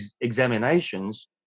examinations